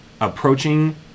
approaching